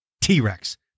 T-Rex